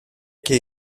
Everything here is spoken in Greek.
και